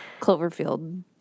Cloverfield